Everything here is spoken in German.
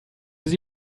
sie